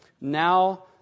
Now